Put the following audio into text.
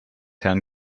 herrn